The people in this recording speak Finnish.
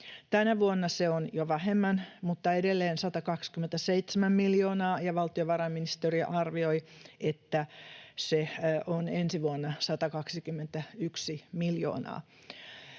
Tänä vuonna se on jo vähemmän mutta edelleen 127 miljoonaa, ja valtiovarainministeriö arvioi, että se on ensi vuonna 121 miljoonaa.